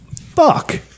fuck